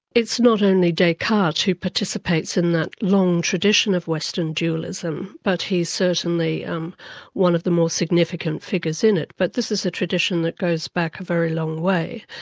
it's not only descartes who participates in that long tradition of western dualism, but he's certainly um one of the more significant figures in it. but this was the tradition that goes back a very long way,